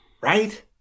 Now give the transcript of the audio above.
Right